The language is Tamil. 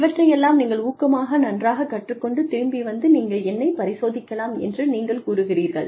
இவற்றையெல்லாம் நீங்கள் ஊக்கமாக நன்றாக கற்றுக் கொண்டு திரும்பி வந்து நீங்கள் என்னைப் பரிசோதிக்கலாம் என்று நீங்கள் கூறுகிறீர்கள்